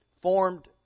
formed